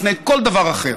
לפני כל דבר אחר,